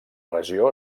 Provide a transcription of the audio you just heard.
regió